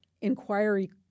inquiry